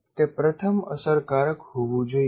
તે પ્રથમ અસરકારક હોવું જોઈએ